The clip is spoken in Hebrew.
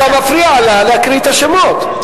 אתה מפריע להקריא את השמות.